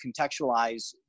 contextualize